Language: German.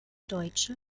deutsche